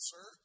Sir